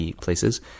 places